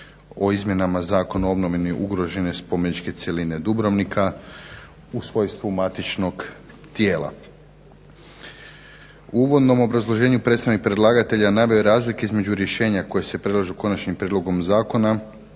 o izmjena Zakona o obnovi ugrožene spomeničke cjeline Dubrovnika u svojstvu matičnog tijela. U uvodnom obrazloženju predstavnik predlagatelja naveo je razlike između rješenja koja se prilažu konačnom prijedlogom zakona